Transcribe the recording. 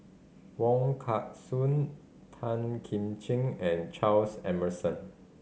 Wong Kah Chun Tan Kim Ching and Charles Emmerson